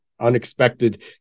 unexpected